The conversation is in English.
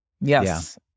Yes